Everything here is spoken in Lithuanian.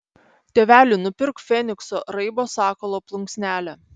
tėveli nupirk fenikso raibo sakalo plunksnelę